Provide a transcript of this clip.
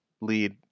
lead